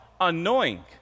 Annoying